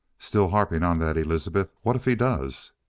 still harping on that, elizabeth? what if he does?